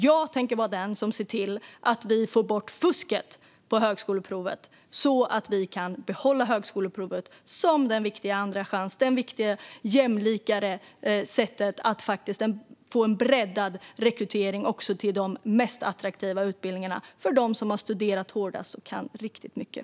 Jag tänker vara den som ser till att vi får bort fusket på högskoleprovet så att vi kan behålla det som den viktiga andra chansen och det viktiga mer jämlika sättet att få en breddad rekrytering också till de mest attraktiva utbildningarna för dem som har studerat hårdast och kan riktigt mycket.